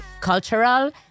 cultural